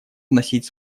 вносить